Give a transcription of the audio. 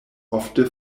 ofte